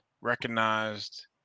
recognized